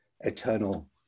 eternal